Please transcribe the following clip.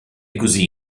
così